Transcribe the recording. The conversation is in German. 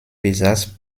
besaß